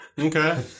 Okay